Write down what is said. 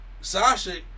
Sasha